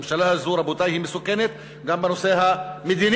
הממשלה הזאת, רבותי, מסוכנת גם בנושא המדיני.